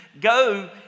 go